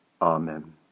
Amen